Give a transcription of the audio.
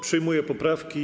Przyjmuję poprawki.